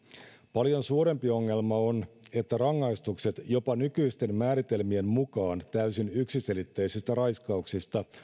paljon suurempi ongelma on että rangaistukset jopa nykyisten määritelmien mukaan täysin yksiselitteisistä raiskauksista